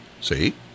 See